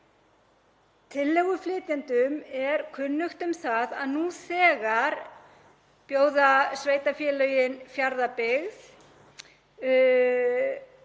Tillöguflytjendum er kunnugt um það að nú þegar bjóða sveitarfélögin Fjarðabyggð